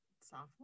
Sophomore